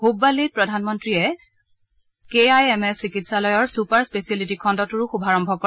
হুববাল্লিত প্ৰধানমন্ত্ৰীয়ে K I M S চিকিৎসালয়ৰ super স্পেচিয়েলিটীখণুটোৰো শুভাৰম্ভ কৰে